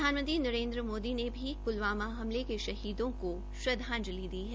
प्रधानमंत्री नरेन्द्र मोदी ने भी प्लवामा हमले के शहीदों को भावभीनी श्रद्वांजलि दी है